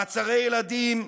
מעצרי ילדים,